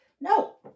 no